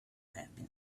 happen